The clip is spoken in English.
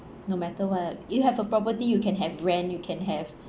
no matter what you have a property you can have rent you can have